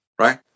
right